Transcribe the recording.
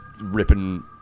ripping